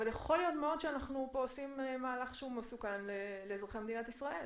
אבל יכול להיות שאנחנו עושים פה מהלך מסוכן לאזרחי מדינת ישראל,